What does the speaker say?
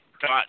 got